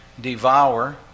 devour